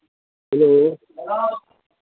hello